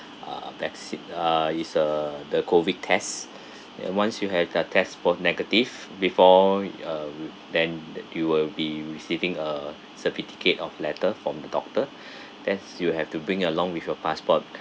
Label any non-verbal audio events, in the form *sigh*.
uh vaccine uh is a the COVID tests and once you have the test for negative before uh we then that you will be receiving a certificate of letter from the doctor *breath* that you have to bring along with your passport